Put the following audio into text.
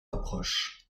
approche